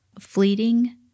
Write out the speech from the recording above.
fleeting